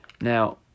Now